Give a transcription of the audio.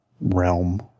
realm